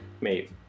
mate